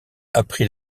appris